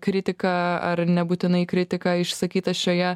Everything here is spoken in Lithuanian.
kritiką ar nebūtinai kritiką išsakytą šioje